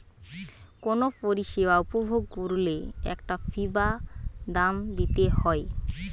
কুনো পরিষেবা উপভোগ কোরলে একটা ফী বা দাম দিতে হই